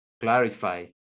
clarify